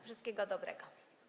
Wszystkiego dobrego.